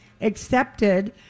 accepted